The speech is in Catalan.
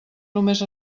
només